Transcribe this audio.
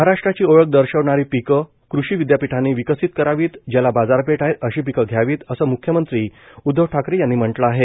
महाराष्ट्राची ओळख दर्शवणारी पिकं कृषी विद्यापीठांनी विकसित करावीत ज्याला बाजारपेठ आहे अशी पिकं घ्यावीत असं म्ख्यमंत्री उद्धव ठाकरे यांनी म्हटलं आहे